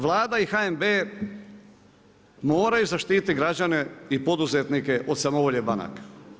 Vlada i HNB moraju zaštititi građane i poduzetnika od samovolje banaka.